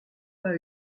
pas